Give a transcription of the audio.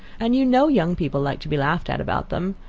and you know young people like to be laughed at about them.